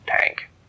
tank